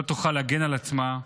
לא תוכל להגן על עצמה.